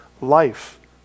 life